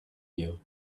you